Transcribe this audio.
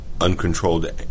uncontrolled